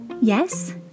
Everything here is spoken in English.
Yes